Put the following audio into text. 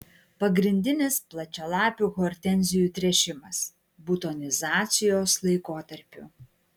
pagrindinis plačialapių hortenzijų tręšimas butonizacijos laikotarpiu